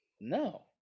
no